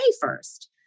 first